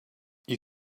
you